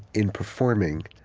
in performing,